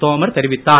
தோமர் தெரிவித்தார்